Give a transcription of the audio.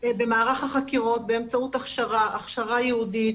במערך החקירות, באמצעות הכשרה ייעודית.